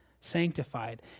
sanctified